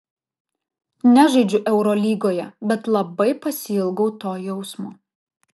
nežaidžiu eurolygoje bet labai pasiilgau to jausmo